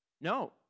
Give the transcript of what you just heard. No